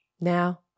Now